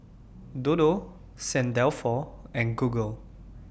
Dodo Saint Dalfour and Google